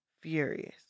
furious